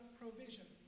provision